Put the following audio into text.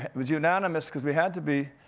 was unanimous, cause we had to be.